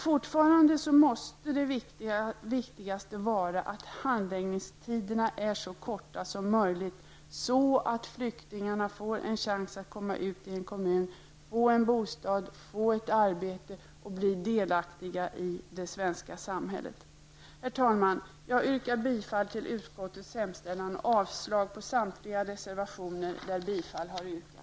Fortfarande måste det viktigaste vara att handläggningstiderna blir så korta som möjligt, så att flyktingarna får en chans att komma ut i en kommun, få en bostad och ett arbete och bli delaktiga i det svenska samhället. Herr talman! Jag yrkar bifall till utskottets hemställan och avslag på samtliga reservationer där bifall har yrkats.